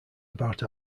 about